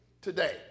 today